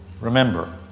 Remember